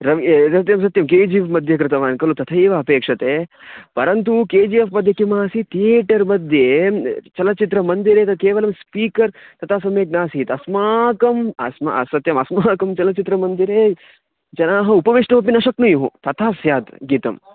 रविः ए सत्यं सत्यं के जि एफ़्मध्ये कृतवान् खलु तथैव अपेक्षते परन्तु के जि एफ़्मध्ये किमासीत् तियेटर्मध्ये चलनचित्रमन्दिरे त केवलं स्पीकर् तथा सम्यक् नासीत् अस्माकम् अस्म सत्यम् अस्माकं चलनचित्रमन्दिरे जनाः उपवेष्टुमपि न शक्नुयुः तथा स्यात् गीतम्